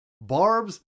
Barbs